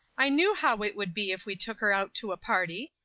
i knew how it would be if we took her out to a party.